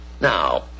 Now